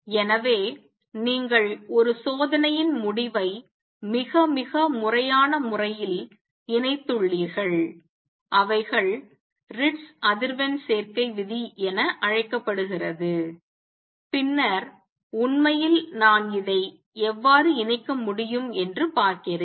எனவே நீங்கள் ஒரு சோதனையின் முடிவை மிக மிக முறையான முறையில் இணைத்துள்ளீர்கள் அவைகள் ரிட்ஸ் அதிர்வெண் சேர்க்கை விதி என அழைக்கப்படுகிறது பின்னர் உண்மையில் நான் இதை எவ்வாறு இணைக்க முடியும் என்று பார்க்கிறேன்